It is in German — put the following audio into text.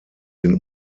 den